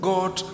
God